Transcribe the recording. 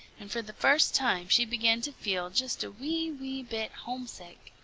and for the first time she began to feel just a wee, wee bit homesick.